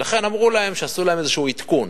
ולכן אמרו להם שעשו להם איזה עדכון.